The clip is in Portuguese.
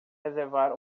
reservar